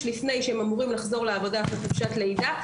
לפני שהם אמורים לחזור לעבודה מחופשת לידה,